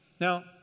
Now